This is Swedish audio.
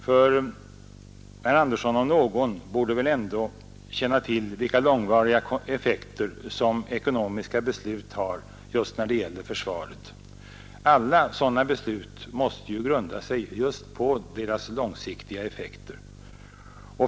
Herr Andersson om någon borde väl ändå känna till vilka långvariga effekter som ekonomiska beslut har just när det gäller försvaret. Alla sådana beslut måste grunda sig på just deras långsiktiga effekter.